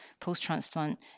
post-transplant